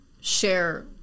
share